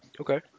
Okay